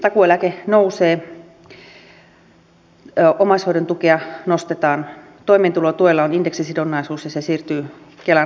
takuueläke nousee omaishoidon tukea nostetaan toimeentulotuella on indeksisidonnaisuus ja se siirtyy kelan hoidettavaksi